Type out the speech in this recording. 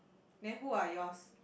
then who are yours